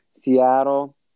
Seattle